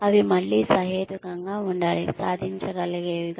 అవి మళ్ళీ సహేతుకంగా ఉండాలి సాధించగలిగేవిగా